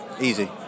easy